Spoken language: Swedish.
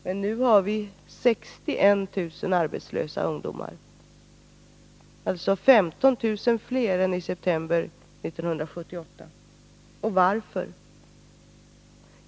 Men nu har vi 61 000 arbetslösa ungdomar, alltså 15 000 fler än i september 1978. Varför?